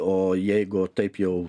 o jeigu taip jau